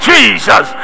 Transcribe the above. Jesus